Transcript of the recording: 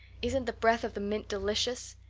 isn't the breath of the mint delicious?